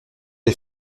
les